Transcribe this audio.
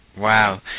Wow